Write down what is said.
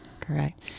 correct